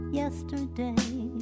yesterday